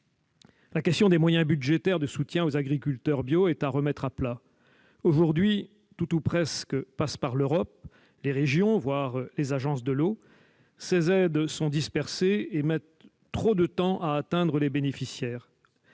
la question des moyens budgétaires de soutien aux agriculteurs bio est à remettre à plat. Aujourd'hui, tout ou presque passe par l'Europe, les régions, voire les agences de l'eau : ces aides sont dispersées et mettent trop de temps à être versées aux bénéficiaires.